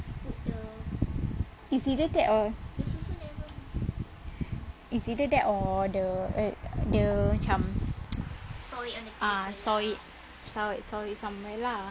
it's either that or it's either that or the dia macam ah saw it saw it somewhere lah